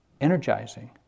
energizing